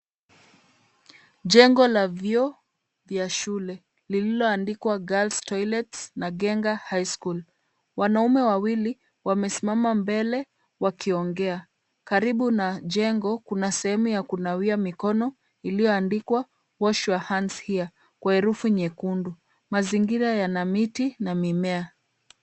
Jengo la vyoo vya shule, lililoandikwa girl's toilet , Nagenga high school . Wanaume wawili wamesimama mbele wakiongea. Karibu na jengo kuna sehemu ya kunawia mikono iliyoandikwa wash your hands here kwa herufi nyekundu. Mazingira yana miti na mimea.